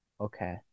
Okay